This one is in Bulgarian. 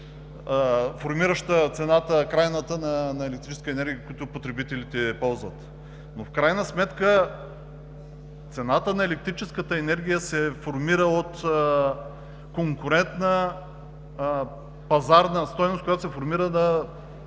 формираща крайната цената на електрическата енергия, която потребителите ползват. В крайна сметка, цената на електрическата енергия се формира от конкурентна, пазарна стойност, която се формира на